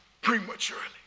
prematurely